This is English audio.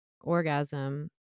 orgasm